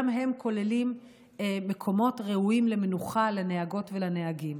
גם הם כוללים מקומות ראויים למנוחה לנהגות ולנהגים.